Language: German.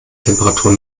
temperaturen